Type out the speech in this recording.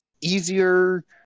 easier